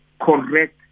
correct